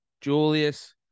Julius